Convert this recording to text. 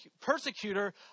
persecutor